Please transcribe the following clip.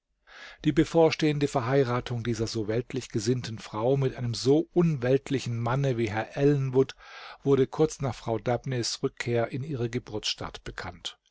die bevorstehende verheiratung dieser so weltlich gesinnten frau mit einem so unweltlichen manne wie herrn ellenwood wurde kurz nach frau dabneys rückkehr in ihre geburtsstadt bekannt